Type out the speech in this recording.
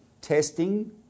testing